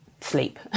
sleep